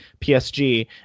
PSG